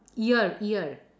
ear ear